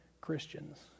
Christians